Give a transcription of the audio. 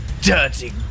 dirty